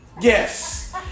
Yes